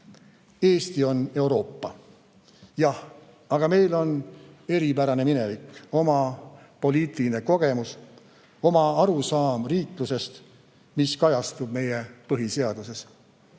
Eesti on Euroopa. Jah, aga meil on eripärane minevik, oma poliitiline kogemus, oma arusaam riiklusest, mis kajastub meie põhiseaduses.